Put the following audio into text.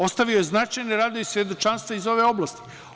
Ostavio je značajne radove i svedočanstva iz ove oblasti.